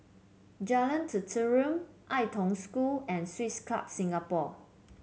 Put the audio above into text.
Jalan Tenteram Ai Tong School and Swiss Club Singapore